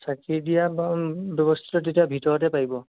চাকি দিয়া ব্যৱস্থাটো তেতিয়া ভিতৰতে পাৰিব